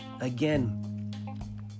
again